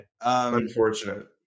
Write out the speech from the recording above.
Unfortunate